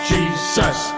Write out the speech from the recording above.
Jesus